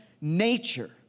nature